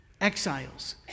exiles